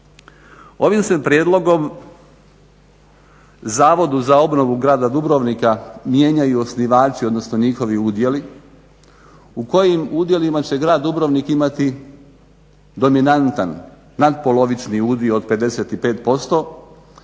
Ovim se prijedlogom Zavodu za obnovu grada Dubrovnika mijenjaju osnivači odnosno njihovi udjeli. U kojim udjelima će grad Dubrovnik imati dominantan natpolovični udio od 55%